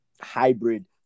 hybrid